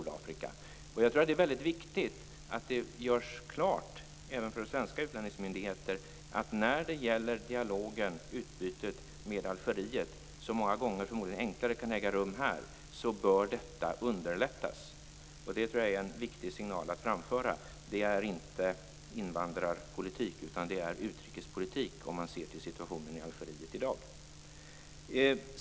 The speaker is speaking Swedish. Det är väldigt viktigt att det görs klart, även för svenska utlänningsmyndigheter, att dialogen och utbytet med Algeriet bör underlättas. Många gånger kan det förmodligen ske enklare här. Jag tror att det är en viktig signal att framföra. Det är inte invandrarpolitik, utan det är utrikespolitik, om man ser till situationen i Algeriet i dag.